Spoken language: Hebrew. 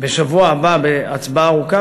בשבוע הבא בהצבעה ארוכה,